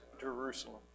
Jerusalem